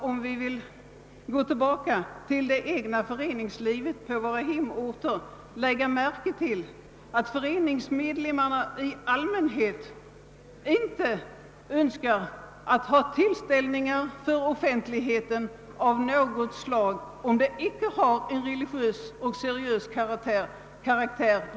Om vi går tillbaka till det egna föreningslivet på våra hemorter, kan vi konstatera att föreningsmedlemmarna i allmänhet då inte önskar ha tillställningar för offentligheten av något slag om dessa inte har religiös och seriös karaktär.